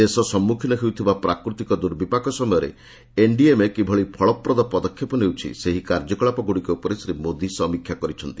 ଦେଶ ସମ୍ମୁଖୀନ ହେଉଥିବା ପ୍ରାକୃତିକ ଦୁର୍ବିପାକ ସମୟରେ ଏନ୍ଡିଏମ୍ଏ କିଭଳି ଫଳପ୍ରଦ ପଦକ୍ଷେପ ନେଉଛି ସେହି କାର୍ଯ୍ୟକଳାପଗୁଡ଼ିକ ଉପରେ ଶ୍ରୀ ମୋଦି ସମୀକ୍ଷା କରିଛନ୍ତି